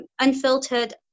unfiltered